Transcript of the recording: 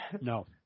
No